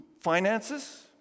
finances